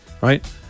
Right